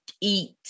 eat